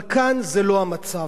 אבל כאן זה לא המצב.